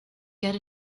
get